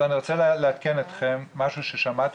אני רוצה לעדכן אתכם במשהו ששמעתי,